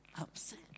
Upset